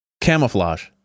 Camouflage